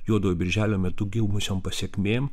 juodojo birželio metu gimusiom pasekmėm